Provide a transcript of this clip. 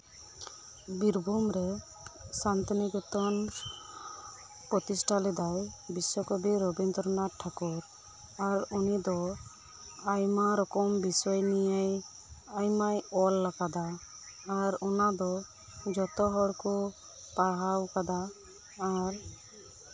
ᱵᱤᱨᱵᱷᱩᱢ ᱨᱮ ᱥᱟᱱᱛᱤᱱᱤᱠᱮᱛᱚᱱ ᱯᱚᱛᱤᱥᱴᱷᱟ ᱞᱮᱫᱟᱭ ᱵᱤᱥᱥᱚ ᱠᱚᱵᱤ ᱨᱚᱵᱤᱱᱫᱚᱨᱚᱱᱟᱛᱷ ᱴᱷᱟᱠᱩᱨ ᱟᱨ ᱩᱱᱤ ᱫᱚ ᱟᱭᱢᱟ ᱨᱚᱠᱚᱢ ᱵᱤᱥᱚᱭ ᱱᱤᱭᱮ ᱟᱭᱢᱟᱭ ᱚᱞ ᱟᱠᱟᱫᱟ ᱟᱨ ᱚᱱᱟ ᱫᱚ ᱡᱚᱛᱚ ᱦᱚᱲ ᱠᱚ ᱯᱟᱲᱦᱟᱣ ᱟᱠᱟᱫᱟ ᱟᱨ